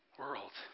world